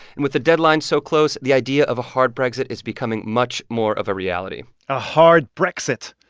and with the deadline so close, the idea of a hard brexit is becoming much more of a reality a hard brexit.